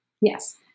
Yes